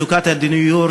הוא בקשר למצוקת הדיור,